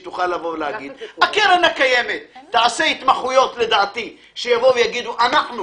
הקרן הקיימת תעשה התמחויות שיבואו ויגידו: אנחנו